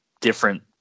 different